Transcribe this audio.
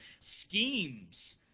schemes